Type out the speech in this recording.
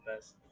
best